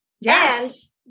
Yes